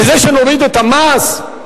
בזה שנוריד את המס?